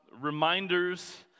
reminders